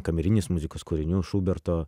kamerinės muzikos kūrinių šuberto